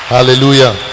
Hallelujah